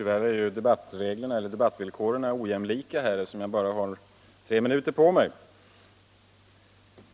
Herr talman! Tyvärr är debattvillkoren ojämlika, eftersom jag bara har tre minuter på mig.